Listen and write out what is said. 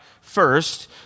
first